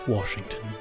Washington